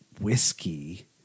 whiskey